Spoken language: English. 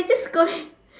ya just go and